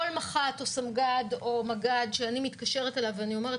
כל מח"ט או סמג"ד או מג"ד שאני מתקשרת אליו ואומרת